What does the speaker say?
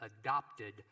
adopted